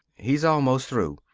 he's almost through.